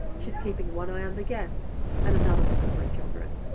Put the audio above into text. she's keeping one eye on the guests and another on her three children